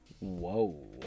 Whoa